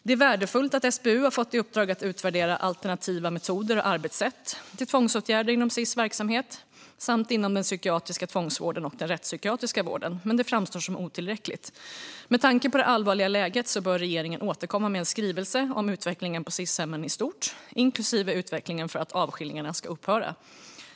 Det är värdefullt att SBU har fått i uppdrag att utvärdera alternativa metoder och arbetssätt till tvångsåtgärder inom Sis verksamhet samt inom den psykiatriska tvångsvården och den rättspsykiatriska vården, men det framstår som otillräckligt. Med tanke på det allvarliga läget bör regeringen återkomma med en skrivelse om utvecklingen på Sis-hemmen i stort, inklusive utvecklingen för att avskiljningarna ska upphöra.